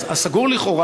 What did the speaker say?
הסגור לכאורה,